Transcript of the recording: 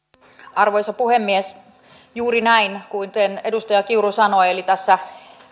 arvoisa puhemies juuri näin kuten edustaja kiuru sanoi eli tässä